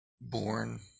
born